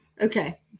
Okay